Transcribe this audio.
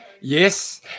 Yes